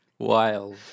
Wild